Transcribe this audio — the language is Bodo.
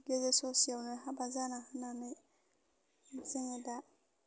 गेजेर ससेयावनो हाबा जाना होनानै जोङो दा